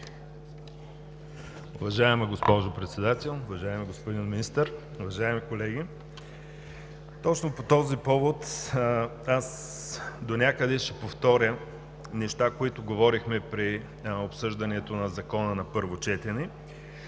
Уважаема госпожо Председател, уважаеми господин Министър, уважаеми колеги! Точно по този повод аз донякъде ще повторя нещата, за които говорихме при обсъждането на Закона на първо четене.